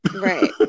right